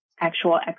actual